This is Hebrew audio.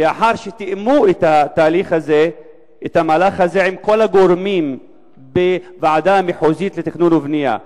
לאחר שתיאמו את המהלך הזה עם כל הגורמים בוועדה המחוזית לתכנון ובנייה.